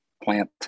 plant